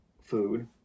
food